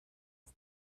ist